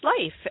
life